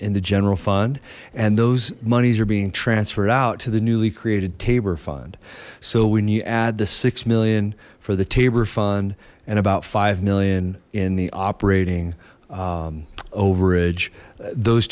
in the general fund and those monies are being transferred out to the newly created tabor fund so when you add the six million for the tabor fund and about five million in the operating overage those